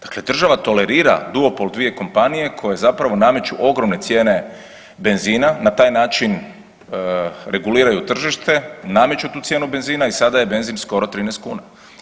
Dakle, država tolerira duopol dvije kompanije koje zapravo nameću ogromne cijene benzina, na taj način reguliraju tržište, nameću tu cijenu benzina i sada je benzin skoro 13 kuna.